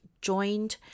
joined